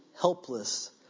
helpless